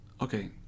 okay